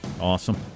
Awesome